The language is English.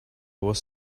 was